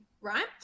Right